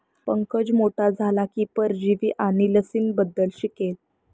पंकज मोठा झाला की परजीवी आणि लसींबद्दल शिकेल